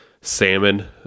salmon